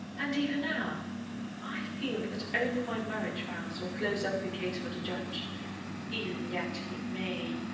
and even now i feel that only my marriage vows will close up the case for the judge even yet he may